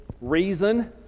reason